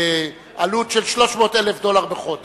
בעלות של 300,000 דולר בחודש,